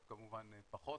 עכשיו כמובן פחות,